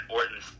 Orton